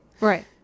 Right